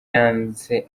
yanse